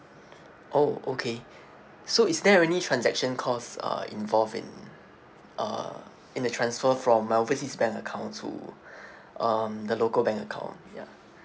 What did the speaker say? oh okay so is there any transaction cost uh involved in uh in the transfer from my overseas bank account to um the local bank account ya